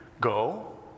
go